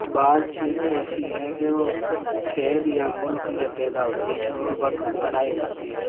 بعض چیزیں ایسی ہیں کی وہ شہر یا ملک میں پیدا ہوتی ہیں اور بن بنائی جاتی ہیں